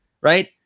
Right